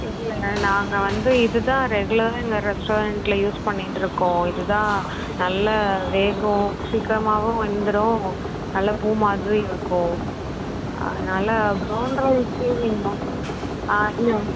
இல்லை இல்லை நாங்கள் வந்து இது தான் ரெகுலராக எங்கள் ரெஸ்ட்டாரண்ட்டில் யூஸ் பண்ணிகிட்டு இருக்கோம் இது தான் நல்ல வேகும் சீக்கிரமாகவும் வெந்துரும் நல்ல பூ மாதிரி இருக்கும் அதனால ப்ரௌன் ரைஸ்ஸே நீங்கள் ஆ இல்லை